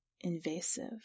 invasive